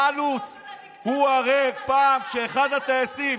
אתה פשוט חלק מלהקת המעודדות של הדיקטטור,